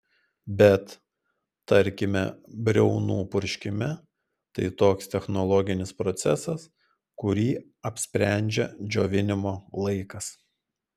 bet tarkime briaunų purškime tai toks technologinis procesas kurį apsprendžia džiovinimo laikas